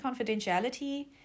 confidentiality